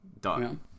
Done